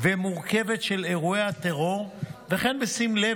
והמורכבת של אירועי הטרור וכן בשים לב